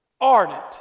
ardent